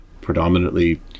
predominantly